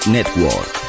Network